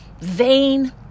vain